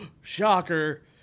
shocker